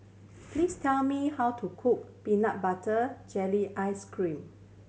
please tell me how to cook peanut butter jelly ice cream